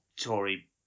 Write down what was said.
Tory